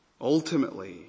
Ultimately